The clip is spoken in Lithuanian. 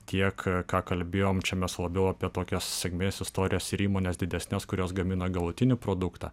tiek ką kalbėjom čia mes labiau apie tokias sėkmės istorijas ir įmones didesnes kurios gamina galutinį produktą